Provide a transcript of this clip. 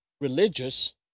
religious